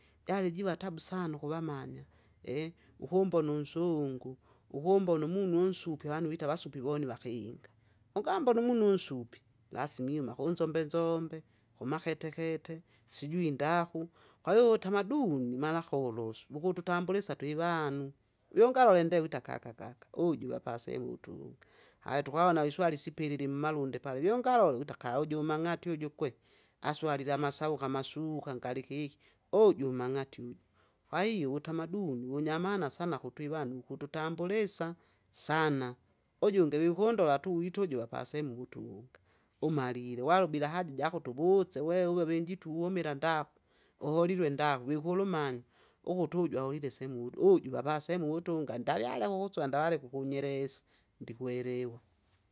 Jari jiva tabu sana ukuvamanya, ukumbona unsungu, ukumbona umunu unsupe wanu vita avasupi voni vakinga. Ungambona! umunu unsupi, lasima ima kunzombezombe, kumaketekete, siju ndaku, kwahiyo uvutamaduni mara kolosu wukututambulisa twivanu, viungalole nde wita kaka kaka uju wapasewu turunga. Haya tukwava naviswali sipilili mmalonde pala, lyongalole wita kauju ummang'ati uju kwe, aswalile amasawuka amasuka ngalikeki, uju mmang'ati uju. Kwahiyo uvitamaduni wunyamana sana kutwivanu wukututambulisa! sana, ujunge wikundola tu wita uju wapasehemu wutunga. Umalile walu bila hadi jako tuvuse we uve venjitu uwumila ndaku, uholilwe ndaku vikulumana ukutu uju aholile sehemu wudu, uju avasehemuwutunga ndayare akukusuva ndawale kukunyeres, ndikwelewa.